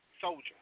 soldier